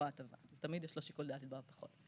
ההטבה ותמיד יש לו שיקול דעת לתבוע פחות.